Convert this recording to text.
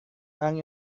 orang